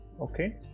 Okay